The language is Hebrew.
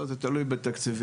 לא, זה תלוי בתקציבים.